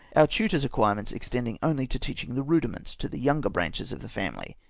our tutor's acquire ments extending only to teaching the rudiments to the younger branches of the family.